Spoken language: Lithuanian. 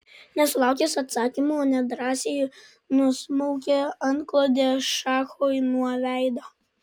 nesulaukęs atsakymo nedrąsiai nusmaukė antklodę šachui nuo veido